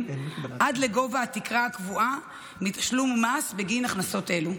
עד לגובה התקרה הקבועה מתשלום מס בגין הכנסות או.